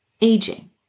aging